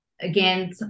again